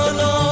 no